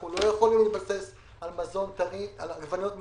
אנחנו לא יכולים להתבסס על עגבניות מטורקיה.